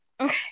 okay